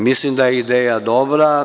Mislim da je ideja dobra.